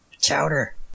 Chowder